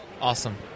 Awesome